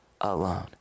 alone